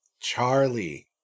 Charlie